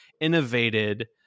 innovated